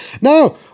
Now